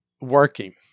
working